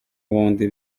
ubundi